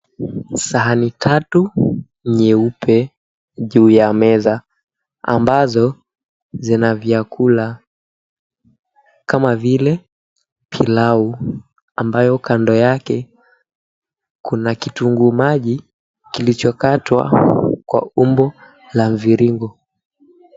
Sahani tatu nyeupe juu ya meza ambazo zina vyakula kama vile pilau, ambayo kando yake kuna kitunguu maji kilichokatwa kwa umbo la mviringo.